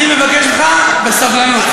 אני מבקש ממך לתקוף אותו.